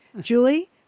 Julie